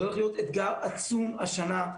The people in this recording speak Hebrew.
זה הולך להיות אתגר עצום השנה,